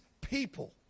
people